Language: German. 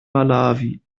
malawi